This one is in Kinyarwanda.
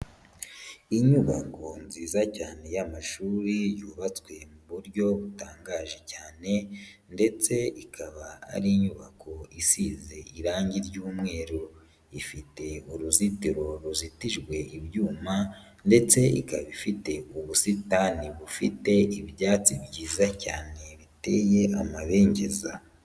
Inyubako nziza cyane y'amashuri yubatswe mu buryo butangaje cyane ndetse ikaba ari inyubako isize irangi ry'umweru, ifite uruzitiro ruzitijwe ibyuma ndetse ikaba ifite ubusitani bufite ibyatsi byiza cyane biteye amabengeza.